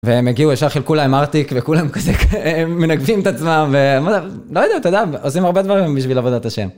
והם הגיעו, ישר חילקו להם ארטיק, וכולם כזה מנגבים את עצמם, ולא יודע, אתה יודע, עושים הרבה דברים בשביל עבודת השם.